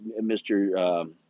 Mr